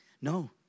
No